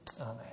Amen